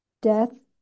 Death